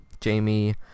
jamie